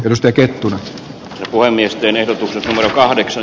jos tekee tunnot lue miesten ehdotuksen kahdeksan